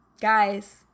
guys